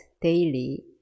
daily